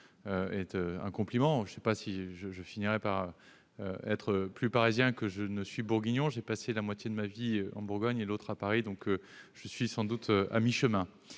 est un compliment. Je ne sais pas si je finirai par être plus parisien que je ne suis bourguignon ... Ayant passé la moitié de ma vie en Bourgogne et l'autre à Paris, je suis sans doute à mi-chemin.